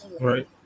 Right